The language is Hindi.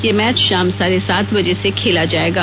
यह मैच शाम साढ़े सात बजे से खेला जाएगा